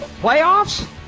playoffs